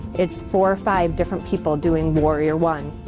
it's four or five different people doing warrior one.